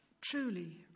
Truly